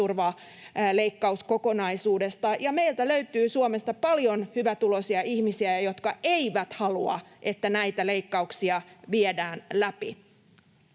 sosiaaliturvaleikkauskokonaisuudesta. Meiltä Suomesta löytyy paljon hyvätuloisia ihmisiä, jotka eivät halua, että näitä leikkauksia viedään läpi.